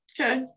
Okay